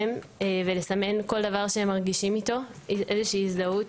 ולסמן כל דבר שהם מרגישים איתו איזושהי הזדהות.